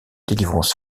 délivrance